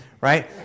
right